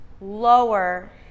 lower